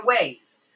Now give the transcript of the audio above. ways